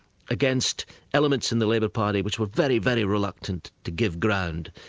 against elements in the labour party which were very, very reluctant to give ground.